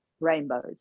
rainbows